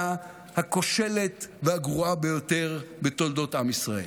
הכושלת והגרועה ביותר בתולדות עם ישראל.